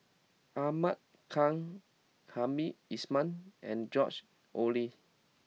Ahmad Khan Hamed Ismail and George Oehlers